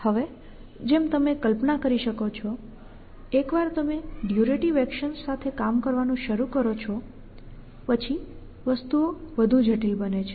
હવે જેમ તમે કલ્પના કરી શકો છો એકવાર તમે ડ્યૂરેટિવ એક્શન્સ વિશે કામ કરવાનું શરૂ કરો છો પછી વસ્તુઓ વધુ જટિલ બને છે